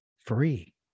Free